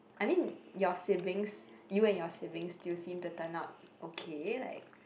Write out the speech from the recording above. I mean your siblings you and your siblings still seem to turn out okay like